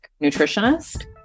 nutritionist